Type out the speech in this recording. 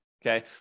Okay